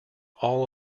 all